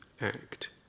act